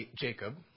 Jacob